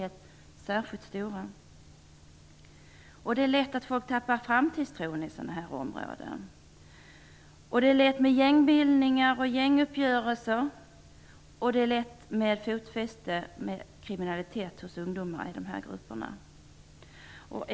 Det är lätt att människor i sådana områden tappar framtidstron. Det är främst i sådana områden som gängbildning, gänguppgörelser och kriminalitet får fäste bland ungdomar.